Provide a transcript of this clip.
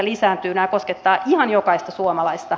nämä koskettavat ihan jokaista suomalaista